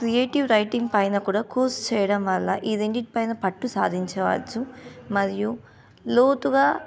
creative writing పైన కూడా course చేయడం వల్ల ఈ రెండింటి పైన పట్టు సాధించవచ్చు మరియు లోతుగా